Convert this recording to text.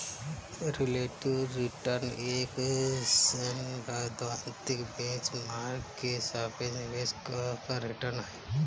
relative return एक सैद्धांतिक benchmark के सापेक्ष निवेश पर रिटर्न है